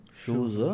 shoes